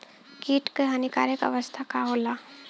कीट क हानिकारक अवस्था का होला?